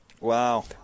Wow